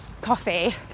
coffee